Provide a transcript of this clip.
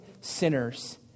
sinners